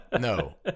No